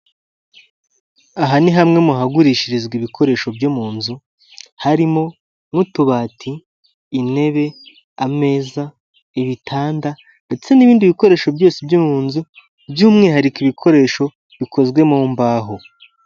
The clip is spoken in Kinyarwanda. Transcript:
Aha ni hamwe mu hagurishirizwa ibikoresho byo mu nzu, harimo nk'utubati, intebe, ameza ibitanda ndetse n'ibindi bikoresho byose byo mu nzu, by'umwihariko ibikoresho bikozwe mu mbaho.